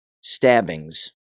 stabbings